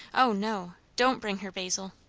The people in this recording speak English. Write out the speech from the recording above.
o no! don't bring her, basil.